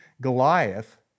Goliath